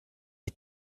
est